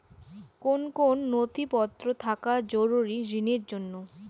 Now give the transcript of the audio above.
কোন কোন নথিপত্র থাকা জরুরি ঋণের জন্য?